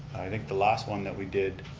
i think the last one that we did,